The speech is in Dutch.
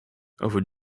over